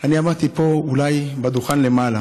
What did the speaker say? אני עמדתי פה בדוכן למעלה